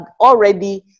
already